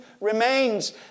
remains